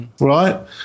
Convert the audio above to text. right